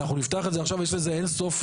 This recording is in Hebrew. אם המכירה היא במועד מסוים,